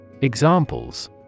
Examples